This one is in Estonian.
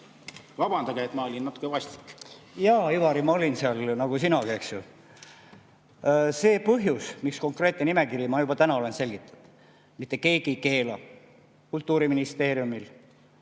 Vabandage, et ma olin natuke vastik! Jaa, Ivari, ma olin seal nagu sinagi, eks ju. See põhjus, miks konkreetne nimekiri ... Ma juba täna olen selgitanud: mitte keegi ei keela Kultuuriministeeriumil,